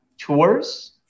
tours